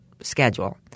schedule